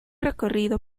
recorrido